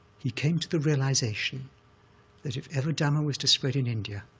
he came to the realization that if ever dhamma was to spread in india,